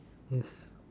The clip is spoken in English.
yes